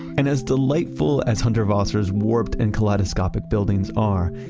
and as delightful as hundertwasser's warped and kaleidoscopic buildings are,